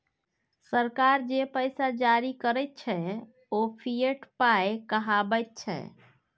सरकार जे पैसा जारी करैत छै ओ फिएट पाय कहाबैत छै